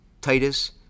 Titus